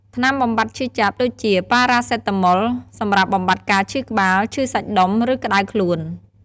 ថ្នាំបំបាត់ឈឺចាប់ ដូចជា ប៉ារ៉ាសេតាមុល សម្រាប់បំបាត់ការឈឺក្បាល ឈឺសាច់ដុំ ឬក្តៅខ្លួន។